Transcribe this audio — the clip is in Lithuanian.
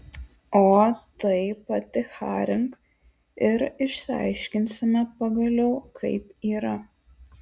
o tai paticharink ir išsiaiškinsime pagaliau kaip yra